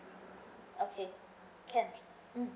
okay can mm